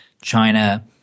China